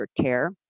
care